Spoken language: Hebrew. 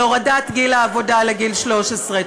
על הורדת גיל העבודה ל-13.